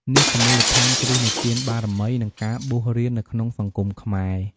នេះជាមូលដ្ឋានគ្រឹះនៃទានបារមី និងការបួសរៀននៅក្នុងសង្គមខ្មែរ។